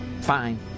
Fine